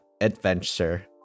adventure